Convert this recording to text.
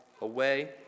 away